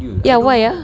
ya why ah